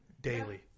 daily